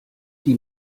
die